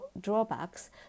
drawbacks